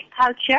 culture